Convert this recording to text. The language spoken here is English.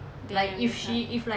ya that's why